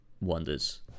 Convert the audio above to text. wonders